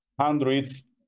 hundreds